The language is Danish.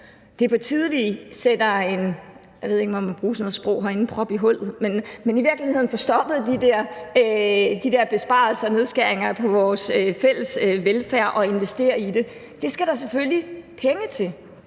et sprog herinde – en prop i hullet og får stoppet de besparelser og nedskæringer på vores fælles velfærd og i stedet investerer i det. Det skal der selvfølgelig penge til.